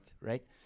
right